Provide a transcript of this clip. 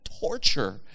torture